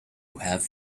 have